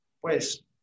pues